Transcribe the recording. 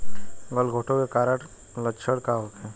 गलघोंटु के कारण लक्षण का होखे?